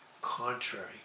Contrary